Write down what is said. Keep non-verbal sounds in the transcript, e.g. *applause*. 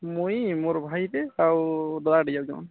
ମୁଇଁ ମୋରୋ ଭାଇଟେ ଆଉ *unintelligible* ଯାଉଛନ୍